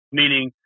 meaning